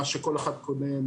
מה שכל אחד קונה,